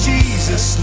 Jesus